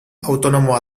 autonomoa